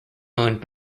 owned